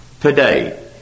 Today